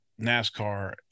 NASCAR